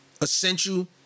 Essential